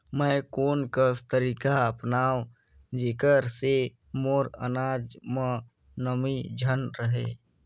मैं कोन कस तरीका अपनाओं जेकर से मोर अनाज म नमी झन रहे?